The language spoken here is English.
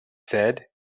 said